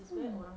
hmm